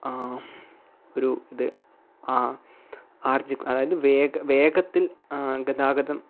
ഒരു ഇത് ആർജ്ജിക്ക് അതായത് വേഗ വേഗത്തിൽ ഗതാഗതം